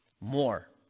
More